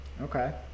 Okay